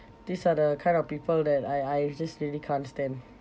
these are the kind of people that I I just really can't stand